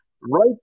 right